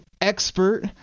expert